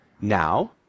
Now